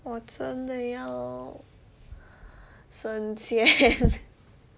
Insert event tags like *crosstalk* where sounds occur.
我真的要省钱 *laughs*